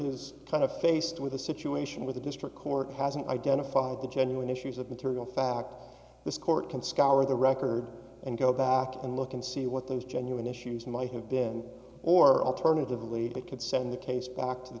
is kind of faced with a situation where the district court hasn't identified the genuine issues of material fact this court can scour the record and go back and look and see what those genuine issues might have been or alternatively it could send the case back t